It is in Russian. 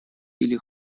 или